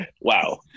Wow